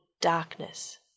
darkness